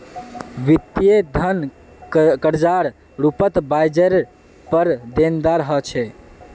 वित्तीय धन कर्जार रूपत ब्याजरेर पर देनदार ह छे